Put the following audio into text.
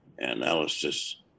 analysis